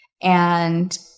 And-